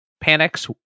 panics